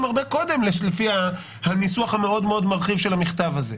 הרבה קודם לפי הניסוח המאוד מאוד מרחיב של המכתב הזה.